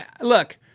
Look